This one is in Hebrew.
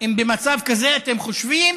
אם כן במצב כזה אתם חושבים